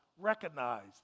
Recognized